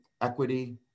equity